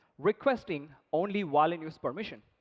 requesting only while-in-use permission.